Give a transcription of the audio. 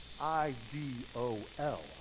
I-D-O-L